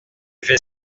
fait